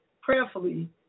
prayerfully